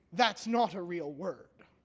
that's not a real word.